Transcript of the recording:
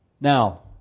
Now